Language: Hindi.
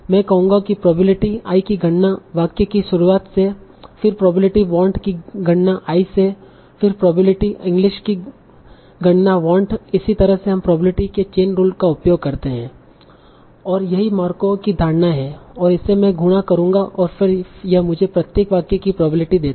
मैं कहूंगा कि प्रोबेबिलिटी i की गणना वाक्य कि शुरुआत से फिर प्रोबेबिलिटी want की गणना i से फिर प्रोबेबिलिटी english कि गणना want इसी तरह से हम प्रोबेबिलिटी के चेन रूल का उपयोग कर सकते है और यही मार्कोवा की धारणाएँ है और मैं इसे गुणा करूंगा और फिर यह मुझे प्रत्येक वाक्य की प्रोबेबिलिटी देता है